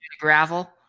gravel